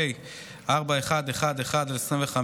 פ/111/25,